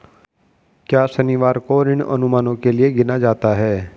क्या शनिवार को ऋण अनुमानों के लिए गिना जाता है?